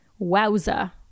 wowza